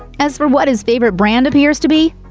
as for what his favorite brand appears to be,